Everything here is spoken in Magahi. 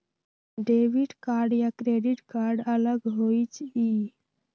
डेबिट कार्ड या क्रेडिट कार्ड अलग होईछ ई?